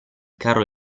carro